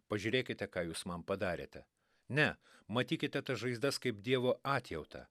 pažiūrėkite ką jūs man padarėte ne matykite tas žaizdas kaip dievo atjautą